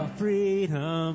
freedom